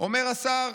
אומר השר: